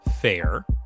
fair